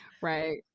Right